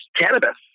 cannabis